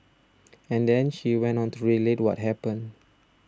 and then she went on to relate what happened